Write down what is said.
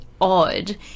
odd